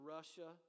Russia